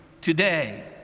today